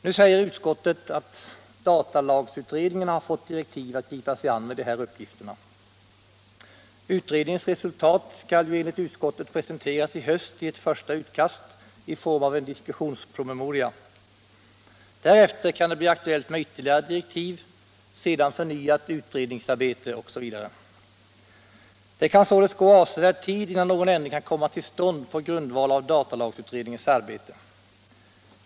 Nu säger utskottet att datalagsutredningen har fått direktiv att gripa sig an med de här uppgifterna. Utredningens resultat skall ju enligt utskottet presenteras i höst i ett första utkast i form av en diskussionspromemoria. Därefter kan det bli aktuellt med ytterligare direktiv, sedan förnyat utredningsarbete osv. Det kan således gå avsevärd tid innan någon ändring kan komma till stånd på grundval av datalagsutredningens arbete.